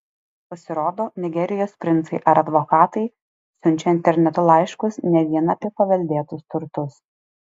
pasirodo nigerijos princai ar advokatai siunčia internetu laiškus ne vien apie paveldėtus turtus